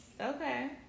Okay